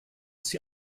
sie